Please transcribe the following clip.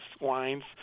wines